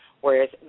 Whereas